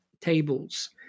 tables